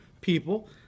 people